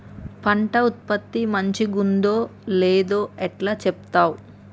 పంట ఉత్పత్తి మంచిగుందో లేదో ఎట్లా చెప్తవ్?